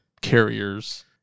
carriers